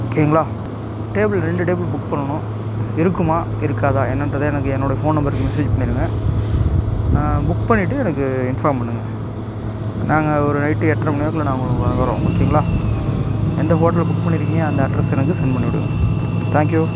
ஓகேங்களா டேபிள் ரெண்டு table book பண்ணணும் இருக்குமா இருக்காதா என்னன்றதை எனக்கு என்னோடைய ஃபோன் நம்பருக்கு மெசேஜ் பண்ணிருங்க புக் பண்ணிவிட்டு எனக்கு இன்ஃபார்ம் பண்ணுங்கள் நாங்கள் ஒரு நைட்டு எட்ரை மணி வாக்கில் நாங்கள் வரோம் ஓகேங்களா எந்த ஹோட்டல்லை புக் பண்ணிருக்கீங்க அந்த அட்ரெஸ் எனக்கு சென்ட் பண்ணிவிடுங்க தேங்க் யூ